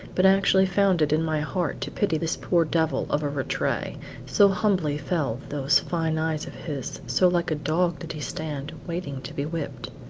but actually found it in my heart to pity this poor devil of a rattray so humbly fell those fine eyes of his, so like a dog did he stand, waiting to be whipped.